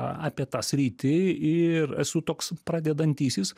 apie tą sritį ir esu toks pradedantysis